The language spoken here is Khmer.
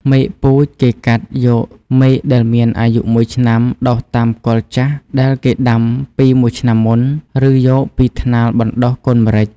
មែកពូជគេកាត់យកមែកដែលមានអាយុ១ឆ្នាំ ដុះតាមគល់ចាស់ដែលគេដាំពី១ឆ្នាំមុនឬយកពីថ្នាលបណ្តុះកូនម្រេច។